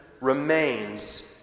remains